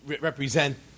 represent